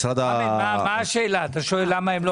אין בהן שום מרכיב של טבק, לכן הן גם לא